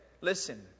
listen